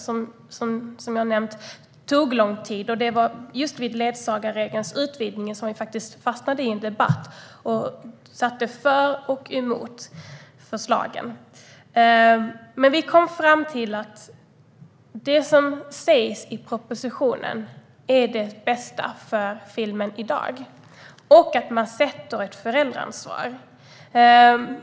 Som jag har nämnt tog det lång tid, och just när det gällde ledsagarregelns utvidgning fastnade vi i en debatt. Vi kom dock fram till att det som sägs i propositionen är det bästa för filmen i dag. Man sätter ett föräldraansvar.